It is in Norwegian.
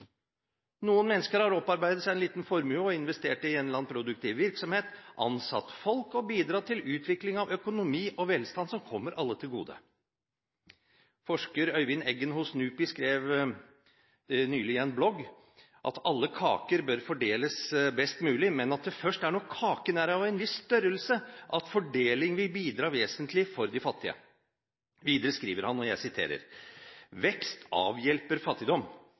Noen mennesker har opparbeidet seg en liten formue og investert den i en eller annen produktiv virksomhet, ansatt folk, og bidratt til utvikling av økonomi og velstand som kommer alle til gode. Forsker Øyvind Eggen hos NUPI skrev nylig i en blogg at alle kaker bør fordeles best mulig, men at det er først når kaken er av en visse størrelse, at fordeling vil bidra vesentlig for de fattige. Videre skriver han: «Vekst avhjelper fattigdom.